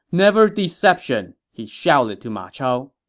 never deception, he shouted to ma chao.